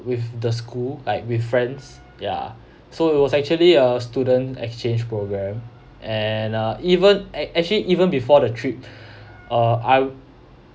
with the school like with friends ya so it was actually a student exchange programme and uh even ac~ actually even before the trip uh I